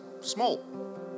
small